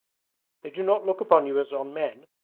they do not look upon you as on men,